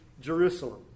Jerusalem